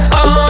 on